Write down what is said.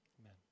Amen